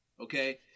Okay